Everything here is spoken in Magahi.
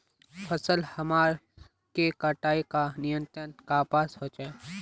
फसल हमार के कटाई का नियंत्रण कपास होचे?